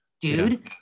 dude